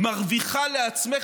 מרוויחה לעצמך,